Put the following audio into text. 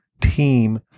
team